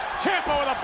ciampa with